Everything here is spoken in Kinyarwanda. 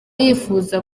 yifuza